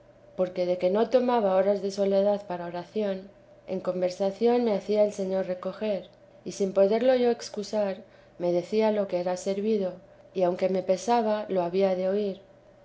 porque de que no tomaba horas de soledad para oración en conversación me hacía el señor recoger y sin poderlo yo excusar me decía lo que era servido y aunque me pesaba lo había de oír